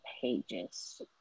pages